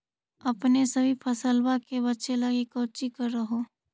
अपने सभी फसलबा के बच्बे लगी कौची कर हो?